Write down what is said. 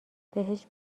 بهش